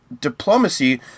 diplomacy